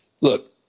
Look